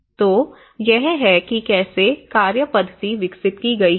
तो यह है कि कैसे कार्य पद्धति विकसित की गई है